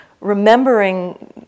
remembering